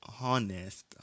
honest